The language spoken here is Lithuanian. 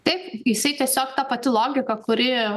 taip jisai tiesiog ta pati logika kuri